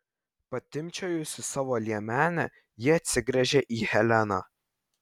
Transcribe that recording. patimpčiojusi savo liemenę ji atsigręžia į heleną